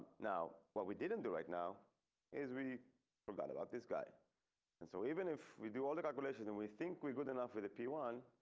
now but we didn't do right now is we forgot about this guy and so even if we do all the calculations and we think we good enough with the p one.